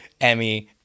Emmy